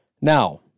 Now